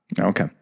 Okay